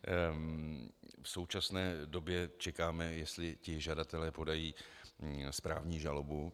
V současné době čekáme, jestli ti žadatelé podají správní žalobu.